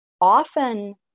often